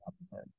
episode